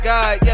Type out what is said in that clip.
God